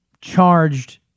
charged